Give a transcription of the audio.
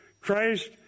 Christ